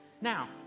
Now